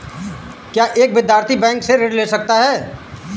क्या एक विद्यार्थी बैंक से ऋण ले सकता है?